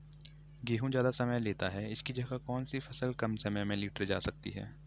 गेहूँ ज़्यादा समय लेता है इसकी जगह कौन सी फसल कम समय में लीटर जा सकती है?